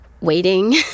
Waiting